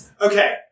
Okay